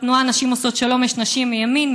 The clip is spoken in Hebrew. בתנועה נשים עושות שלום יש נשים מימין,